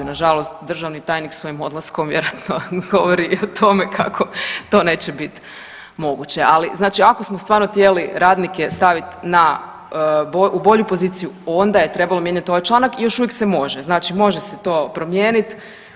Nažalost, državni tajnik svojim odlaskom vjerojatno govori i o tome kako to neće bit moguće, ali znači ako smo stvarno htjeli radnike stavit na, u bolju poziciju onda je trebalo mijenjat ovaj članak i još uvijek se može, znači može se to promijenit.